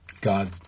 God